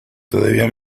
todavía